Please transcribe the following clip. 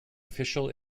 official